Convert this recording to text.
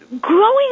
growing